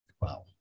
Wow